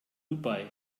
dubai